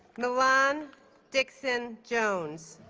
milan dixon jones